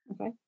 Okay